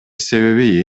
себеби